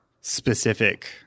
specific